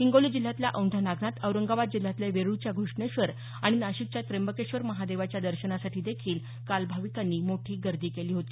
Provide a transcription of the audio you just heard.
हिंगोली जिल्ह्यातल्या औंढा नागनाथ औरंगाबाद जिल्ह्यातल्या वेरुळच्या घृष्णेश्वर आणि नाशिकच्या त्र्यंबकेश्वर महादेवाच्या दर्शनासाठी देखील काल भाविकांनी मोठी गर्दी केली होती